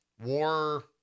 War